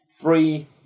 Three